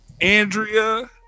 Andrea